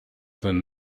than